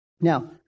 Now